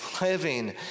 living